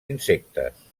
insectes